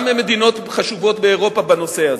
גם ממדינות חשובות באירופה בנושא הזה.